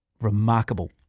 Remarkable